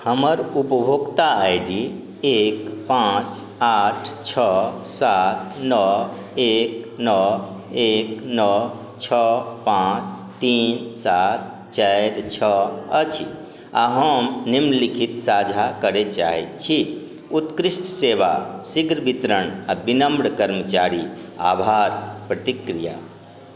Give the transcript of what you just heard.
हमर उपभोक्ता I D एक पाँच आठ छओ सात नओ एक नओ एक नओ छओ पाँच तीन सात चारि छओ अछि आओर हम निम्नलिखित साझा करै चाहैत छी उत्कृष्ट सेवा शीघ्र वितरण आओर विनम्र कर्मचारी आभार प्रतिक्रिया